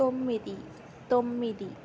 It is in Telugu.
తొమ్మిది తొమ్మిది